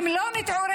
אם לא נתעורר,